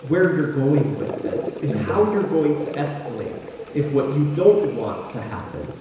where you're going with this and how you're going to escalate if what you don't want to happen.